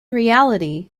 reality